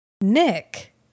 Nick